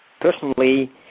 personally